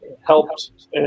helped